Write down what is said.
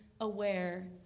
aware